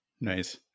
Nice